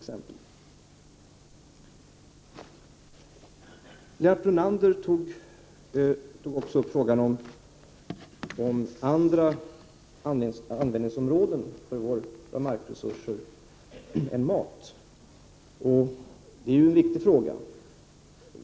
Lennart Brunander tog också upp frågan om annan användning av vår mark än för matproduktion. Det är en viktig fråga.